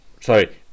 sorry